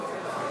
הצבאי